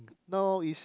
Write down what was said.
now is